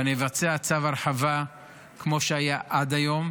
ואני אבצע צו הרחבה כמו שהיה עד היום,